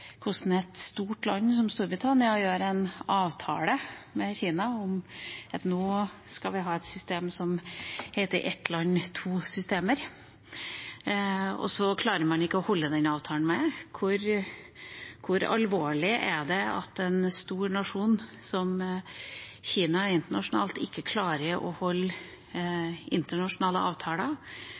hvordan et stort land som Storbritannia gjør en avtale med Kina om at nå skal de ha et system som heter «ett land, to systemer», og så klarer man ikke å overholde den avtalen. Hvor alvorlig er det at en stor nasjon, som Kina er internasjonalt, ikke klarer å overholde internasjonale avtaler,